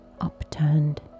upturned